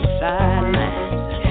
sidelines